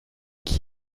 qui